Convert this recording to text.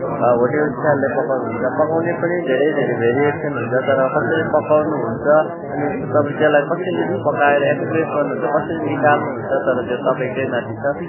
hotel स्टाइलले पकाउनुहुन्छ पकाउने पनि धेरै धेरै भेरिएसन हुन्छ तर कसरी पकाउनुहुन्छ अनि तपाईँले त्यसलाई कसरी पकाएर एक्सप्रेस गर्नुहुन्छ कसरी निकाल्नुहुन्छ तर त्यो तपाईँकै माथि छ